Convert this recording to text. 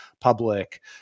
public